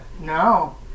No